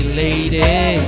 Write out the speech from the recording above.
lady